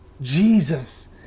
Jesus